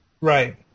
Right